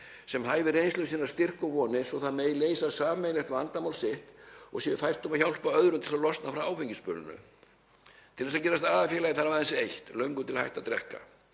„samhæfir reynslu sína, styrk og vonir svo að það megi leysa sameiginlegt vandamál sitt og sé fært um að hjálpa öðrum til að losna frá áfengisbölinu. Til þess að gerast AA-félagi þarf aðeins eitt; löngun til að hætta að drekka.